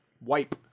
Wipe